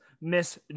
miss